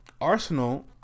Arsenal